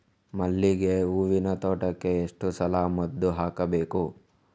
ಮಲ್ಲಿಗೆ ಹೂವಿನ ತೋಟಕ್ಕೆ ಎಷ್ಟು ಸಲ ಮದ್ದು ಹಾಕಬೇಕು?